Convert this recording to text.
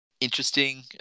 interesting